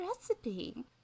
recipe